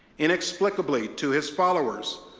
inexplicably to his followers,